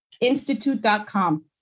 institute.com